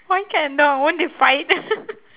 why cat and dog won't they fight